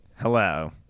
Hello